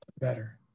better